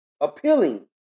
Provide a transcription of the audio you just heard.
appealing